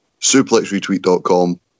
suplexretweet.com